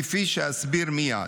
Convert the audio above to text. כפי שאסביר מייד.